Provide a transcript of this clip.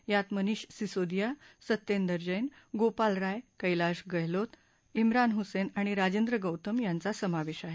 यात मनिष सिसोदिया सत्येंदर जैन गोपाल राय कैलाश गलहोत इम्रान हुसैन आणि राजेंद्र गौतम यांचा समावेश आहे